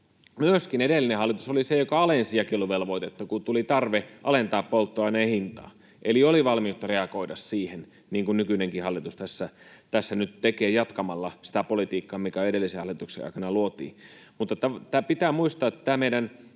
Myöskin edellinen hallitus oli se, joka alensi jakeluvelvoitetta, kun tuli tarve alentaa polttoaineen hintaa, eli oli valmiutta reagoida siihen, niin kuin nykyinenkin hallitus tässä nyt tekee jatkamalla sitä politiikkaa, mikä edellisen hallituksen aikana luotiin. Pitää muistaa, että tämä meidän